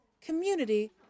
community